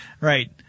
right